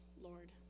Lord